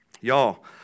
Y'all